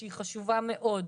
שהיא חשובה מאוד,